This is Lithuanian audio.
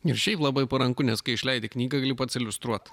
ir šiaip labai paranku nes kai išleidi knygą gali pats iliustruot